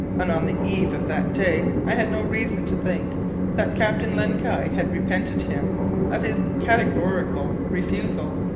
and on the eve of that day i had no reason to think that captain len guy had repented him of his categorical refusal.